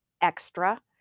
extra